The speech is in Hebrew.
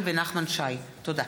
תודה.